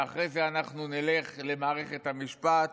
ואחרי זה אנחנו נלך למערכת המשפט